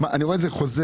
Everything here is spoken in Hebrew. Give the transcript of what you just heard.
אני רואה את זה חוזר.